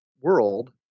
world